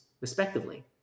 respectively